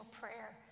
prayer